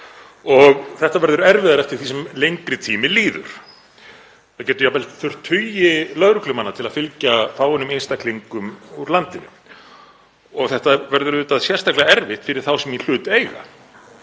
og þetta verður erfiðari eftir því sem lengri tími líður. Við gætum jafnvel þurft tugi lögreglumanna til að fylgja fáeinum einstaklingum úr landinu og þetta verður auðvitað sérstaklega erfitt fyrir þá sem í hlut eiga,